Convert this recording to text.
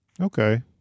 Okay